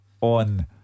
on